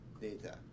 data